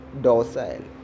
docile